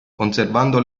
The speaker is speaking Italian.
conservando